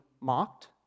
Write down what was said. mocked